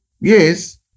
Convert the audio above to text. Yes